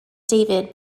david